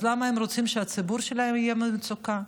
אז למה הם רוצים שהציבור שלהם יהיה במצוקה?